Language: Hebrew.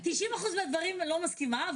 אני עם 90% מהדברים לא מסכימה,